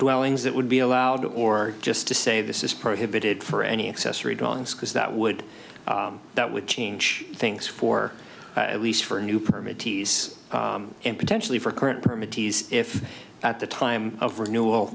dwellings that would be allowed or just to say this is prohibited for any accessory drawings because that would that would change things for at least for a new permit ts and potentially for current permit ts if at the time of renewal